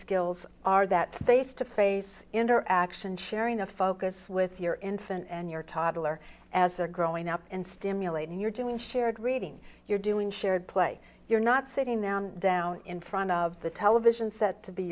skills are that face to face interaction sharing the focus with your infant and your toddler as they're growing up in stimulating you're doing shared reading you're doing shared play you're not sitting them down in front of the television set to be